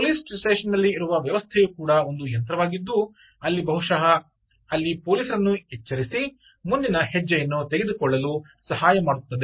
police ಸ್ಟೇಷನ್ನಲ್ಲಿ ಇರುವ ವ್ಯವಸ್ಥೆಯು ಕೂಡ ಒಂದು ಯಂತ್ರವಾಗಿದ್ದು ಅದು ಬಹುಶಃ ಅಲ್ಲಿ ಪೊಲೀಸ ರನ್ನು ಎಚ್ಚರಿಸಿ ಮುಂದಿನ ಹೆಜ್ಜೆಯನ್ನು ತೆಗೆದುಕೊಳ್ಳಲು ಸಹಾಯಮಾಡುತ್ತದೆ